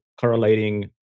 correlating